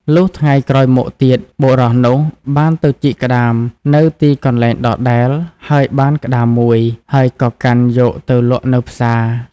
លុះថ្ងៃក្រោយមកទៀត បុរសនោះបានទៅជីកក្ដាមនៅទីកន្លែងដដែលហើយបានក្ដាមមួយ ហើយក៏កាន់យកទៅលក់នៅផ្សារ។